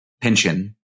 pension